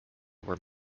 were